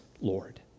Lord